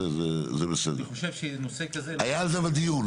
זה העוזר שיש לצורך טיפול בפניות ציבור שנוגעות לפעילות המשרד.